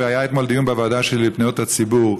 היה אתמול דיון בוועדה שלי לפניות הציבור,